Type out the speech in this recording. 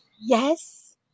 Yes